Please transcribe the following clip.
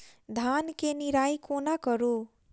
धान केँ निराई कोना करु?